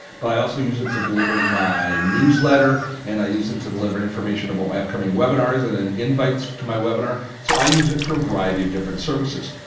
but i also use it to deliver my newsletter and i use it to deliver information about my upcoming webinars and and invites to my webinar. so i use it for a variety of different services.